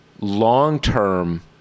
long-term